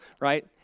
right